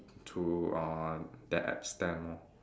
to uh that extent lor